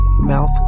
Mouth